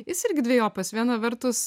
jis irgi dvejopas viena vertus